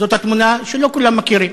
זאת התמונה שלא כולם מכירים,